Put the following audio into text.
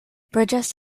burgess